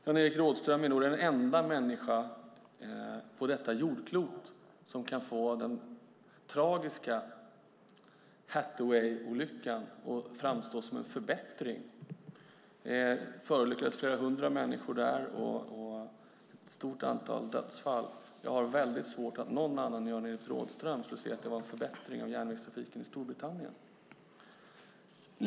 Jan-Evert Rådhström är nog den enda människa på detta jordklot som kan få den tragiska Hatfieldolyckan att framstå som en förbättring. Många människor skadades, och det var flera dödsfall. Jag har väldigt svårt att tro att någon annan än Jan-Evert Rådhström skulle säga att det var en förbättring av järnvägstrafiken i Storbritannien.